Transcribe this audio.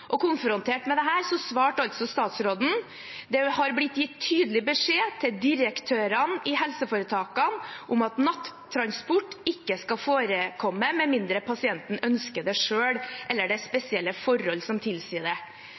konfrontert med dette svarte statsråden at det har blitt gitt tydelig beskjed til direktørene i helseforetakene om at «nattransporter ikke skal forekomme, med mindre pasienten ønsker det selv, eller det er helt spesielle forhold som tilsier det».